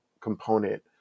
component